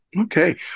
Okay